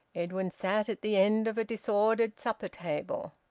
edwin sat at the end of a disordered supper-table,